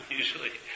usually